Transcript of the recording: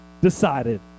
decided